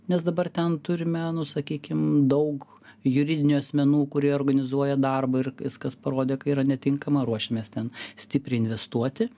nes dabar ten turime nu sakykim daug juridinių asmenų kurie organizuoja darbą ir viskas parodė kai yra netinkama ruošiamės ten stipriai investuoti